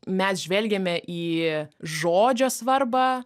mes žvelgiame į žodžio svarbą